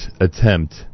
attempt